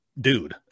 dude